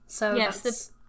Yes